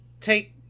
take